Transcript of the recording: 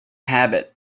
habit